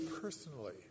personally